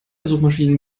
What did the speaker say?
suchmaschinen